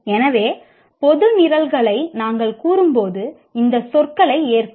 எனவே பொது நிரல்களை நாங்கள் கூறும்போது இந்த சொற்களை ஏற்கவும்